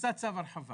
עשה צו הרחבה